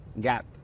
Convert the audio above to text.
Gap